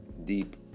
deep